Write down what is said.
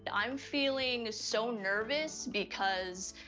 but i'm feeling so nervous, because.